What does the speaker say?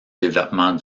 développement